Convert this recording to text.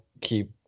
keep